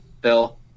Bill